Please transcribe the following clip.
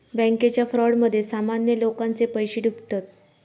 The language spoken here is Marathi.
बॅन्केच्या फ्रॉडमध्ये सामान्य लोकांचे पैशे डुबतत